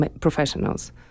professionals